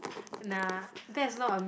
nah that's not a